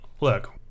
look